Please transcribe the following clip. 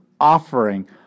offering